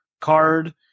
card